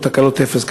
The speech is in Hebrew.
או באפס תקלות,